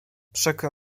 przykro